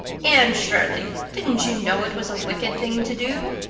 anne shirley, didn't you know it was a wicked thing to do?